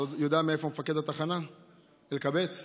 אתה יודע מאיפה מפקד התחנה, אלקבץ?